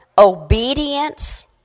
obedience